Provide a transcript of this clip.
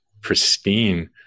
pristine